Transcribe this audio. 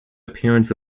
appearance